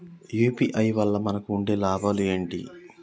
UPI వల్ల మనకు ఉండే లాభాలు ఏంటి?